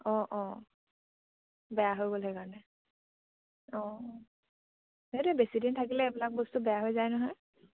অঁ অঁ বেয়া হৈ গ'ল সেইকাৰণে অঁ সেইটোৱে বেছিদিন থাকিলে এইবিলাক বস্তু বেয়া হৈ যায় নহয়